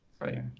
Right